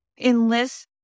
enlist